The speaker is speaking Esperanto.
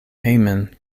hejmen